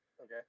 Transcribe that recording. Okay